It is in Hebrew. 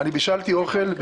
בישלתי אוכל,